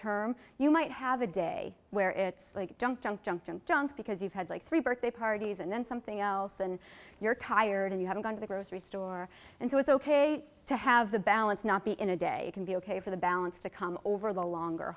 term you might have a day where it's like jump jump jump jump jump because you've had like three birthday parties and then something else and you're tired and you haven't gone to the grocery store and so it's ok to have the balance not be in a day can be ok for the balance to come over the longer